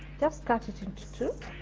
just cut it into two,